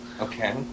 Okay